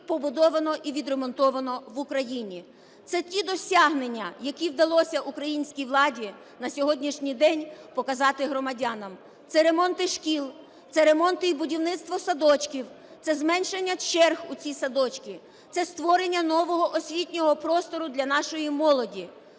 побудовано і відремонтовано в Україні. Це ті досягнення, які вдалося українській владі на сьогоднішній день показати громадянам. Це ремонти шкіл, це ремонти і будівництво садочків, це зменшення черг у ці садочки, це створення нового освітнього простору для нашої молоді,